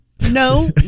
No